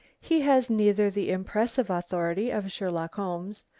he has neither the impressive authority of sherlock holmes,